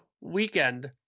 weekend